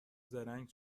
زرنگ